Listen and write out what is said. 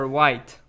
white